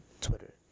Twitter